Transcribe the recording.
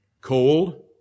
Cold